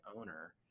owner